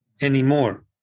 anymore